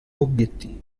obiettivi